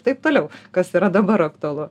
taip toliau kas yra dabar aktualu